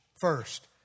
first